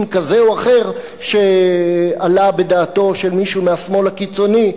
כזה או אחר שעלה בדעתו של מישהו מהשמאל הקיצוני,